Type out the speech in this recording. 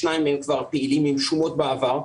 שניים מהם כבר פעילים עם שומות בעבר,